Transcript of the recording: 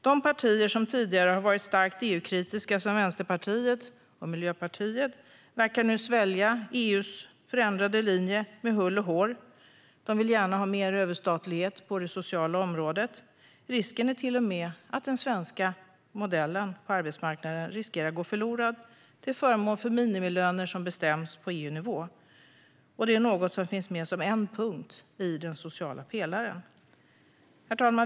De partier som tidigare har varit starkt EU-kritiska, som Vänsterpartiet och Miljöpartiet, verkar nu svälja EU:s förändrade linje med hull och hår. De vill gärna ha mer överstatlighet på det sociala området. Risken är till och med att den svenska modellen på arbetsmarknaden riskerar att gå förlorad, till förmån för minimilöner som bestäms på EU-nivå. Det är något som finns med som en punkt i den sociala pelaren.